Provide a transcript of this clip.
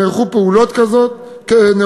נערכו פעולות כאלה.